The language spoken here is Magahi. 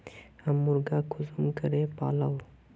हम मुर्गा कुंसम करे पालव?